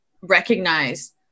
recognize